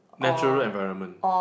natural environment